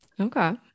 Okay